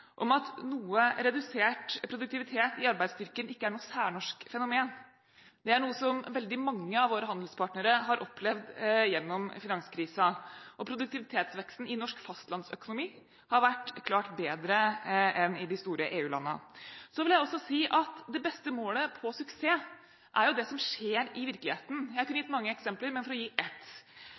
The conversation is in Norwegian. om at noe redusert produktivitet i arbeidsstyrken ikke er noe særnorsk fenomen. Det er noe som veldig mange av våre handelspartnere har opplevd gjennom finanskrisen. Produktivitetsveksten i norsk fastlandsøkonomi har vært klart bedre enn i de store EU-landene. Så vil jeg også si at det beste målet på suksess er jo det som skjer i virkeligheten. Jeg har funnet mange eksempler, men for å gi ett: